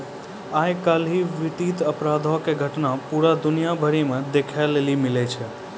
आइ काल्हि वित्तीय अपराधो के घटना पूरा दुनिया भरि मे देखै लेली मिलै छै